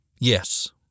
yes